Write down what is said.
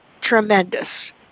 tremendous